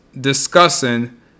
discussing